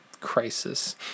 crisis